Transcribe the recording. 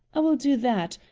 i will do that!